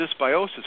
dysbiosis